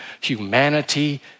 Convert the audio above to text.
humanity